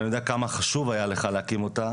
ואני יודע כמה חשוב היה לך להקים אותה